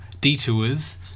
detours